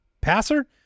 passer